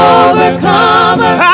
overcomer